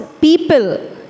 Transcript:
people